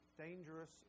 dangerous